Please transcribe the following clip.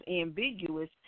ambiguous